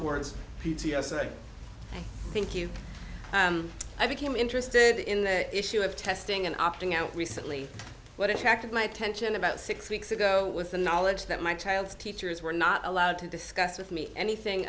s i think you i became interested in the issue of testing and opting out recently what attracted my attention about six weeks ago with the knowledge that my child's teachers were not allowed to discuss with me anything